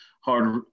hard